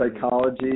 psychology